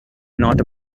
not